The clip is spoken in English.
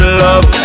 love